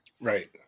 Right